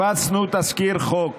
הפצנו תזכיר חוק